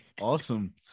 Awesome